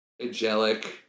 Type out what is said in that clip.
angelic